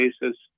basis